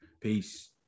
peace